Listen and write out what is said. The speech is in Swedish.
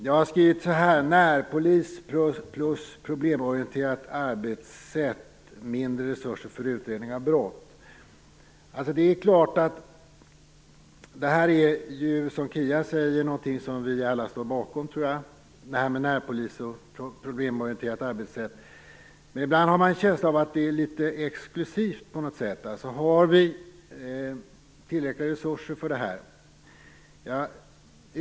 Jag har skrivit så här: Närpolis plus problemorienterat arbetssätt - mindre resurser för utredning av brott. Det här med närpolis och problemorienterat arbetssätt är ju någonting som jag tror alla står bakom, precis som Kia Andreasson sade. Men ibland har man en känsla av att det är litet exklusivt på något sätt. Har vi tillräckliga resurser för det här?